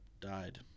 died